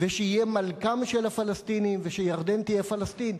ושיהיה מלכם של הפלסטינים ושירדן תהיה פלסטין,